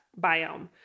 biome